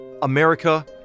America